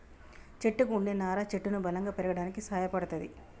చెట్టుకు వుండే నారా చెట్టును బలంగా పెరగడానికి సాయపడ్తది